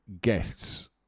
guests